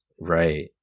right